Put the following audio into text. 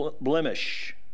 blemish